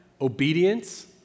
obedience